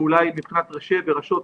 ואולי מבחינת ראשי וראשות